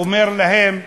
אומר להם: